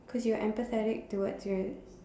cause you're empathetic towards your